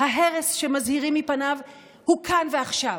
ההרס שמזהירים מפניו הוא כאן ועכשיו,